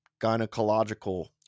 gynecological